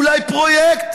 אולי פרויקט